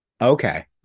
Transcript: Okay